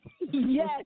Yes